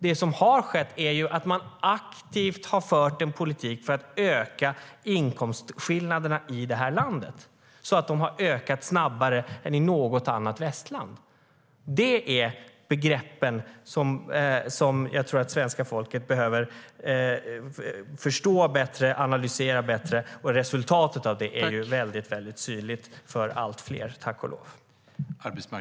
Det som har skett är att man aktivt har fört en politik för att öka inkomstskillnaderna i detta land, så att de har ökat snabbare än i något annat västland. Det är begreppen som jag tror att svenska folket behöver förstå bättre och analysera bättre. Resultatet av det är, tack och lov, väldigt synligt för allt fler.